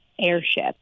airship